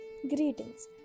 Greetings